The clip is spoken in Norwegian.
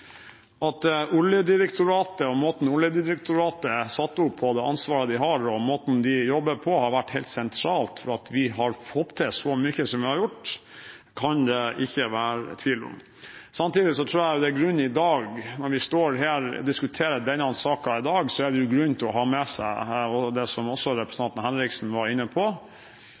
måten Oljedirektoratet er satt opp på, det ansvaret de har, og måten de jobber på, har vært helt sentralt for at vi har fått til så mye som vi har gjort, kan det ikke være tvil om. Samtidig tror jeg, når vi diskuterer denne saken her i dag, at det er grunn til å ha med seg det som også